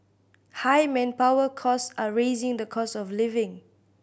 high manpower cost are raising the cost of living